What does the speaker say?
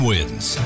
Wins